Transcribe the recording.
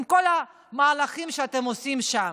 עם כל המהלכים שאתם עושים שם.